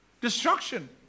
destruction